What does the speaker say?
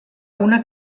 una